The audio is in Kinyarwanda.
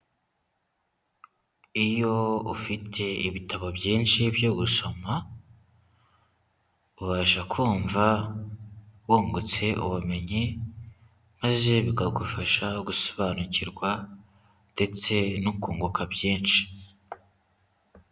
Iyo ufite ibitabo byinshi byo gusoma, ubasha kumva wungutse ubumenyi, maze bikagufasha gusobanukirwa ndetse no kunguka byinshi.